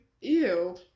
Ew